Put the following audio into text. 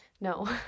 No